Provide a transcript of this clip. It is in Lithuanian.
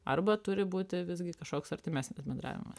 arba turi būti visgi kažkoks artimesnis bendravimas